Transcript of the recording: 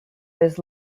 was